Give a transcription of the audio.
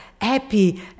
happy